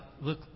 look